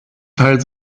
teil